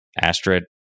Astrid